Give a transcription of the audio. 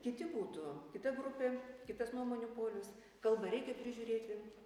kiti būtų kita grupė kitas nuomonių polius kalbą reikia prižiūrėti